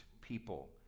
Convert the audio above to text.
people